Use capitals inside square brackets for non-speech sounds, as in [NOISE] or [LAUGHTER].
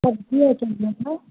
[UNINTELLIGIBLE]